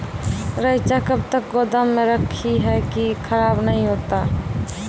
रईचा कब तक गोदाम मे रखी है की खराब नहीं होता?